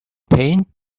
pain